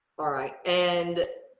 alright and